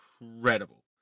incredible